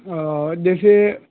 او دیکھیے